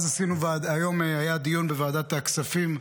היום היה דיון בוועדת הכספים,